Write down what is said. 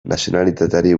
nazionalitateari